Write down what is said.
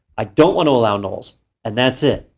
i don't want to allow nulls and that's it.